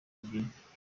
kubyina